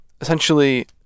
essentially